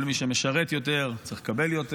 כל מי שמשרת יותר צריך לקבל יותר,